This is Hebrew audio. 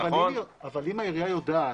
אבל אם העירייה יודעת,